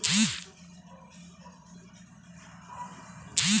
PMJJBY ద్వారా బీమా చేసిటోట్లు సచ్చిపోతే లచ్చల మరణ దుడ్డు వస్తాది